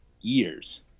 years